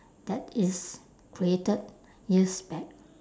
that is created years back